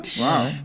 Wow